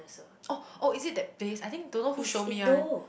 oh oh is it that place I think don't know who show me one